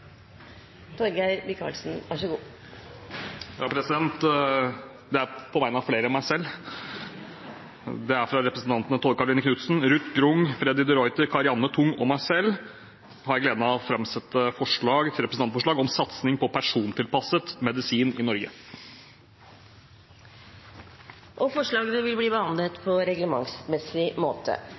Det er på vegne av flere enn meg selv. På vegne av representantene Tove Karoline Knutsen, Ruth Grung, Freddy de Ruiter, Karianne O. Tung og meg selv har jeg gleden av å framsette et representantforslag om satsning på persontilpasset medisin i Norge. Forslagene vil bli behandlet på reglementsmessig måte.